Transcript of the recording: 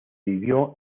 vivió